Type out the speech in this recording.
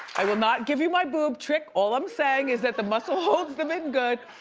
i will not give you my boob trick. all i'm saying is that the muscle holds them in good.